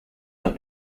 los